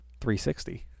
360